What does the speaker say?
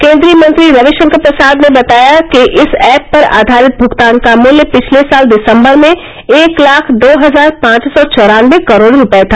केन्द्रीय मंत्री रविशंकर प्रसाद ने बताया कि इस ऐप पर आधारित भुगतान का मूल्य पिछले साल दिसंबर में एक लाख दो हजार पांच सौ चौरानबे करोड़ रुपये था